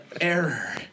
error